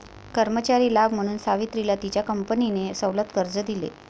कर्मचारी लाभ म्हणून सावित्रीला तिच्या कंपनीने सवलत कर्ज दिले